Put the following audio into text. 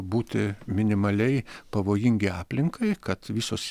būti minimaliai pavojingi aplinkai kad visos